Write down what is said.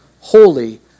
holy